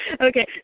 Okay